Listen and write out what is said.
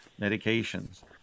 medications